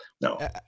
No